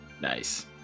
Nice